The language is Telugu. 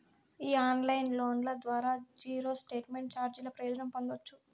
ఈ ఆన్లైన్ లోన్ల ద్వారా జీరో స్టేట్మెంట్ చార్జీల ప్రయోజనం పొందచ్చు